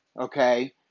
okay